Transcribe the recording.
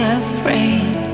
afraid